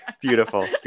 Beautiful